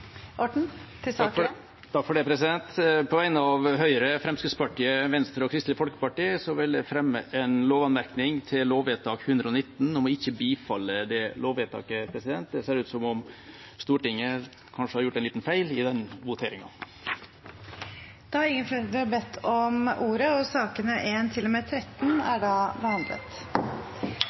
På vegne av Høyre, Fremskrittspartiet, Venstre og Kristelig Folkeparti vil jeg fremme en lovanmerkning til lovvedtak 119 om ikke å bifalle det lovvedtaket. Det ser ut til at Stortinget kanskje har gjort en liten feil i den voteringen. Flere har ikke bedt om ordet til sakene